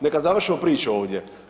Neka završimo priču ovdje.